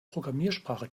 programmiersprache